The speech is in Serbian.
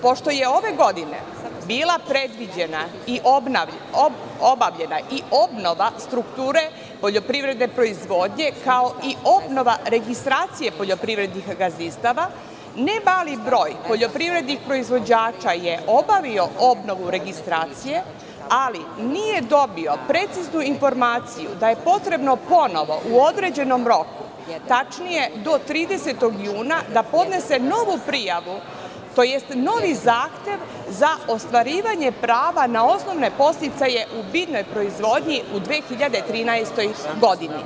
Pošto je ove godine bila predviđena i obavljena obnova strukture poljoprivredne proizvodnje, kao i obnova registracije poljoprivrednih gazdinstava, ne mali broj poljoprivrednih proizvođača je obavio obnovu registracije, ali nije dobio preciznu informaciju da je potrebno ponovo u određenom roku, tačnije do 30. juna, da podnese novu prijavu, tj. novi zahtev za ostvarivanje prava na osnovne podsticaje u biljnoj proizvodnji u 2013. godini.